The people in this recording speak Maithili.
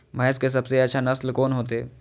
भैंस के सबसे अच्छा नस्ल कोन होते?